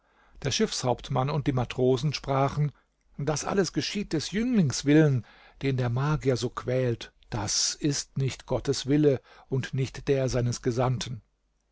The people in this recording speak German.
der schiffshauptmann und die matrosen sprachen das alles geschieht dieses jünglings willen den der magier so quält das ist nicht gottes wille und nicht der seines gesandten